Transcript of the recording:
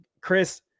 Chris